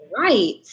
right